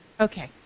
Okay